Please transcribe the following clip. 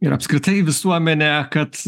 ir apskritai į visuomenę kad